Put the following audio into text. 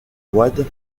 wade